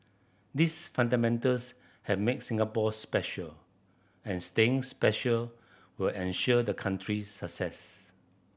these fundamentals have made Singapore special and staying special will ensure the country's success